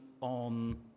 on